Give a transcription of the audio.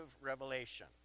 revelation